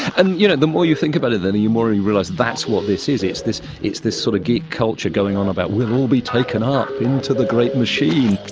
and you know the more you think about it and the more you realise that's what this is, it's this it's this sort of geek culture going on about we'll all be taken up into the great machine.